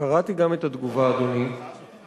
קראת גם את התגובה או רק את התחקיר?